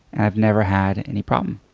i've never had any problem.